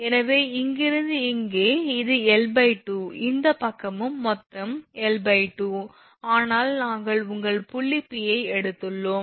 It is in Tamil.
எனவே இங்கிருந்து இங்கே இது L2 இந்த பக்கமும் மொத்தம் L2 ஆனால் நாங்கள் உங்கள் புள்ளி P யை எடுத்துள்ளோம்